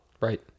Right